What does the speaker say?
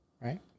right